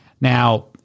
Now